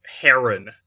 heron